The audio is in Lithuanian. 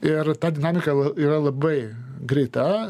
ir ta dinamika yra labai greita